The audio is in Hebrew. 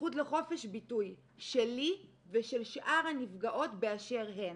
הזכות לחופש ביטוי שלי ושל שאר הנפגעות באשר הן.